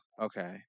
Okay